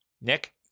Nick